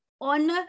on